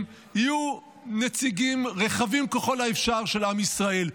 יהיו נציגים רחבים ככל האפשר של עם ישראל.